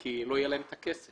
כי לא יהיה להן את הכסף.